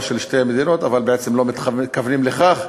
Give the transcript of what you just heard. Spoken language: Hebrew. של שתי מדינות אבל בעצם לא מתכוונים לכך,